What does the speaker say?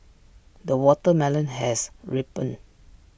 the watermelon has ripened